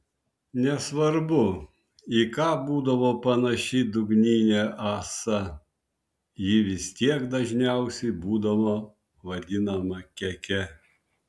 nesvarbu į ką būdavo panaši dugninė ąsa ji vis tiek dažniausiai būdavo vadinama keke